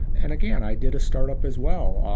and again, i did a startup as well.